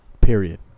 Period